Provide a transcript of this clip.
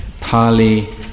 Pali